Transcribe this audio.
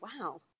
wow